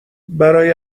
برای